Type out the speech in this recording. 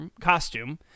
costume